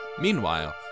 Meanwhile